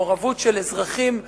מעורבות של אזרחים פעילים,